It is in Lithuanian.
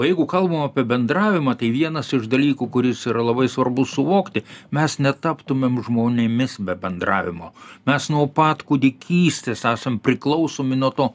o jeigu kalbam apie bendravimą tai vienas iš dalykų kuris yra labai svarbu suvokti mes netaptumėm žmonėmis be bendravimo mes nuo pat kūdikystės esam priklausomi nuo to